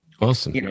Awesome